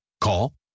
Call